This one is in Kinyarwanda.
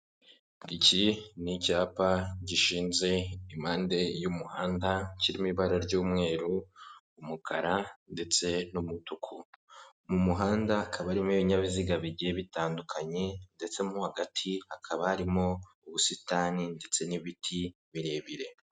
Iki ni icyapa gishinze impande y'umuhanda kirimo ibara ry'umweru, umukara ndetse n'umutuku. Mu muhanda hakaba harimo ibinyabiziga bigiye bitandukanye ndetse no hagati hakaba harimo ubusitani ndetse n'ibiti birebire.